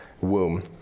womb